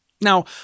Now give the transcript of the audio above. Now